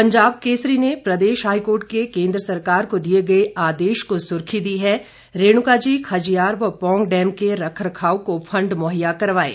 पंजाब केसरी ने प्रदेश हाईकोर्ट के केंद्र सरकार को दिए गए आदेश को सुर्खी दी है रेणुका जी खजियार व पौंग डैम के रखरखाव को फंड मुहैया करवाएं